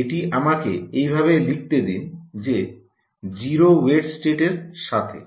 এটি আমাকে এভাবে লিখতে দিন যে 0 ওয়েট স্টেটের সাথে